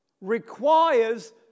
requires